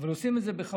אבל עושים את זה בכבוד.